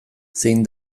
zein